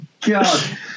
God